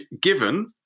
given